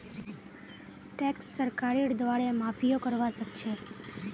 tax सरकारेर द्वारे माफियो करवा सख छ